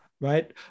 Right